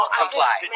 comply